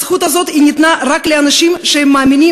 הזכות הזאת ניתנה רק לאנשים שמאמינים